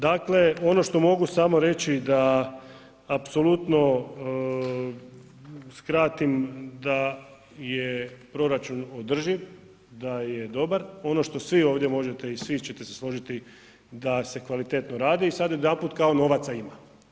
Dakle, ono što mogu samo reći da apsolutno skratim da je proračun održiv, da je dobar, ono što svi ovdje možete i svi ćete se složiti da se kvalitetno radi i sad odjedanput kao novaca ima.